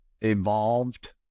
Evolved